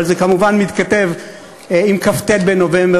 אבל זה כמובן מתכתב עם כ"ט בנובמבר,